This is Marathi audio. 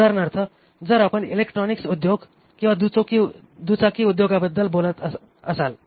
उदाहरणार्थ जर आपण इलेक्ट्रॉनिक्स उद्योग किंवा दुचाकी उद्योगाबद्दल बोलत असाल